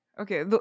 Okay